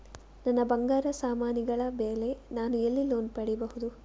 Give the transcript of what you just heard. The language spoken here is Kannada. ನನ್ನ ಬಂಗಾರ ಸಾಮಾನಿಗಳ ಮೇಲೆ ನಾನು ಎಲ್ಲಿ ಲೋನ್ ಪಡಿಬಹುದು?